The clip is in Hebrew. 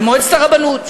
של מועצת הרבנות,